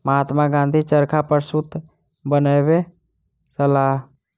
महात्मा गाँधी चरखा पर सूत बनबै छलाह